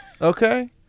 Okay